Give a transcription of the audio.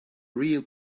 real